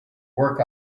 work